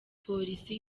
polisi